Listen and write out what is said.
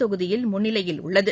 தொகுதியில் முன்னிலையில் உள்ளது